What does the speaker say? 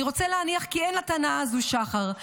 אני רוצה להניח כי אין לטענה הזו שחר,